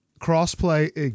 Crossplay